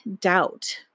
doubt